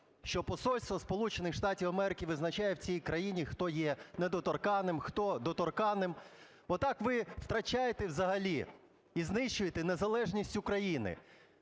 Штатів Америки визначає в цій країні, хто є недоторканним, хто доторканним. Отак ви втрачаєте взагалі і знищуєте незалежність України.